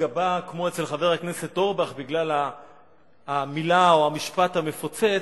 גבה כמו אצל חבר הכנסת אורבך בגלל המלה או המשפט המפוצץ,